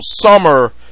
summer